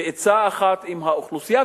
בעצה אחת עם האוכלוסייה,